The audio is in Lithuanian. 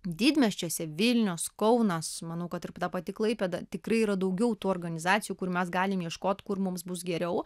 didmiesčiuose vilniaus kaunas manau kad ir ta pati klaipėda tikrai yra daugiau tų organizacijų kur mes galim ieškot kur mums bus geriau